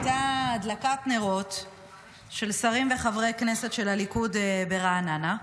הייתה הדלקת נרות של שרים וחברי הכנסת של הליכוד ברעננה.